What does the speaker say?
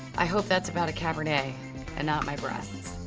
i hope that's about a cabernet and not my breasts.